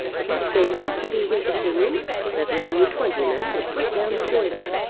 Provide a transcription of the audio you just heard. he stated it to be his opinion that larry twentyman had put down the poison.